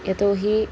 यतो हि